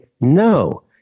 no